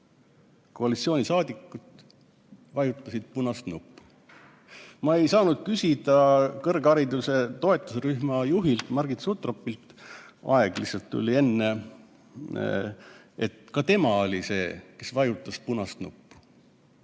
koalitsioonisaadikut vajutasid punast nuppu. Ma ei saanud küsida kõrghariduse toetusrühma juhilt Margit Sutropilt, aeg sai lihtsalt enne täis. Ka tema oli see, kes vajutas punast nuppu,